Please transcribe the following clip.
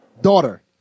Daughter